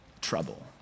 trouble